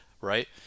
right